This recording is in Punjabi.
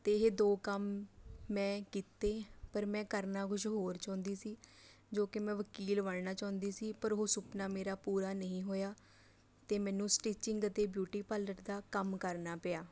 ਅਤੇ ਇਹ ਦੋ ਕੰਮ ਮੈਂ ਕੀਤੇ ਪਰ ਮੈਂ ਕਰਨਾ ਕੁਛ ਹੋਰ ਚਾਹੁੰਦੀ ਸੀ ਜੋ ਕਿ ਮੈਂ ਵਕੀਲ ਬਣਨਾ ਚਾਹੁੰਦੀ ਸੀ ਪਰ ਉਹ ਸੁਪਨਾ ਮੇਰਾ ਪੂਰਾ ਨਹੀਂ ਹੋਇਆ ਅਤੇ ਮੈਨੂੰ ਸਟਿਚਿੰਗ ਅਤੇ ਬਿਊਟੀ ਪਾਰਲਰ ਦਾ ਕੰਮ ਕਰਨਾ ਪਿਆ